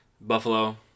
Buffalo